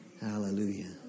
Hallelujah